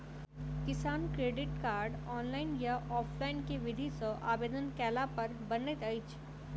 किसान credit card, online या offline केँ विधि सँ आवेदन कैला पर बनैत अछि?